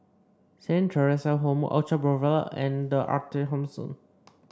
Saint Theresa's Home Orchard Boulevard and The Arte Thomson